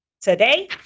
Today